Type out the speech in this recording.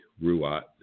Ruat